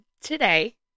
Today